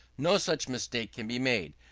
no such mistake can be made.